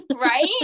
right